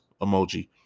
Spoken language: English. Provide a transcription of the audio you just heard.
emoji